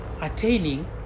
attaining